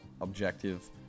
objective